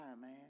man